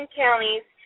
counties